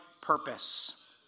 purpose